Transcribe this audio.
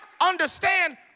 understand